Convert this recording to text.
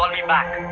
me back